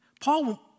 Paul